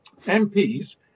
MPs